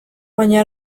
baina